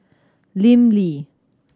Lim Lee